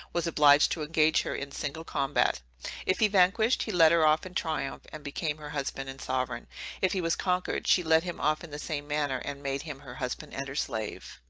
was obliged to engage her in single combat if he vanquished, he led her off in triumph, and became her husband and sovereign if he was conquered, she led him off in the same manner, and made him her husband and her slave.